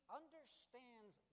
understands